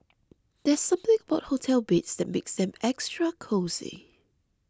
there's something about hotel beds that makes them extra cosy